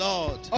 Lord